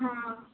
ହଁ